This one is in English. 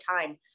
time